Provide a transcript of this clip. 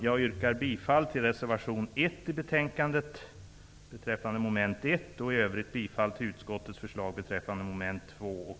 Jag yrkar bifall till reservation 1 till betänkandet beträffande mom. 1. I övrigt yrkar jag bifall till utskottets förslag beträffande mom. 2 och